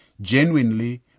genuinely